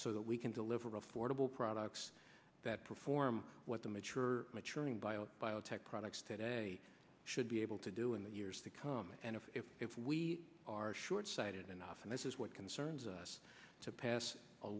so that we can deliver affordable products that perform what the mature maturing bio biotech products today should be able to do in the years to come and if we are short sighted enough and this is what concerns us to pass a